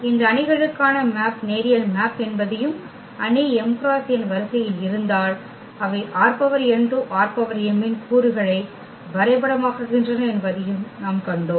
இந்த அணிகளுக்கான மேப் நேரியல் மேப் என்பதையும் அணி m × n வரிசையில் இருந்தால் அவை ℝn to ℝm இன் கூறுகளை வரைபடமாக்குகின்றன என்பதையும் நாம் கண்டோம்